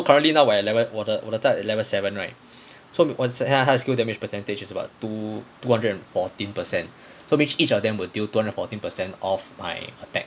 ya so currently now at my level 我的我的在 at level seven right so 我现在他的 skill damage percentage is about two two hundred and fourteen percent so means each of them with deal two hundred and fourteen percent of my attack